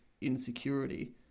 insecurity